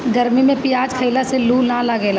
गरमी में पियाज खइला से लू ना लागेला